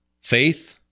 faith